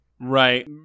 Right